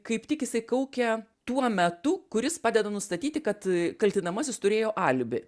kaip tik jisai kaukia tuo metu kuris padeda nustatyti kad kaltinamasis turėjo alibi